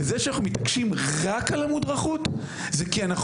וזה שאנחנו מתעקשים רק על המודרכות זה כי אנחנו